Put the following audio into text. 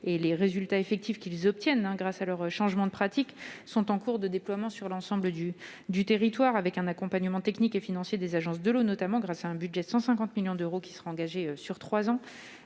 et des résultats effectifs qu'ils obtiennent grâce à leurs changements de pratiques, ces PSE sont en cours de déploiement sur l'ensemble du territoire. L'accompagnement technique et financier des agences de l'eau est financé un budget de 150 millions d'euros engagé sur trois ans,